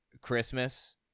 Christmas